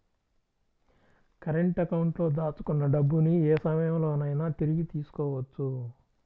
current అకౌంట్లో దాచుకున్న డబ్బుని యే సమయంలోనైనా తిరిగి తీసుకోవచ్చు